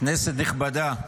כנסת נכבדה,